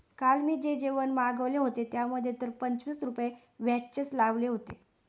काल मी जे जेवण मागविले होते, त्यामध्ये तर पंचवीस रुपये व्हॅटचेच लावले होते